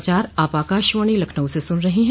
यह समाचार आप आकाशवाणी लखनऊ से सुन रहे हैं